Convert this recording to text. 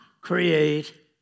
create